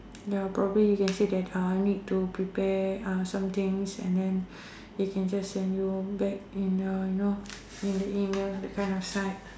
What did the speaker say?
ya probably you can say that uh need to prepare uh some things and then he can just send you back in the you know in the email that kind of site